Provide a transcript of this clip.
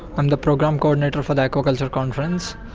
i'm the program coordinator for the aquaculture conference,